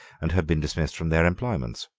and had been dismissed from their employments.